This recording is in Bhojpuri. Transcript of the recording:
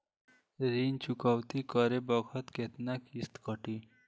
ऋण चुकौती करे बखत केतना किस्त कटी?